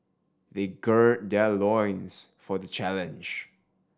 they gird their loins for the challenge